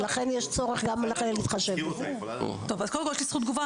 ולכן יש צורך גם להתחשב אז קודם כל יש לי זכות תגובה.